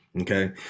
okay